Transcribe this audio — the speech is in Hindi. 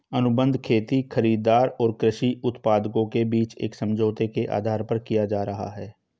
अनुबंध खेती खरीदार और कृषि उत्पादकों के बीच एक समझौते के आधार पर किया जा रहा है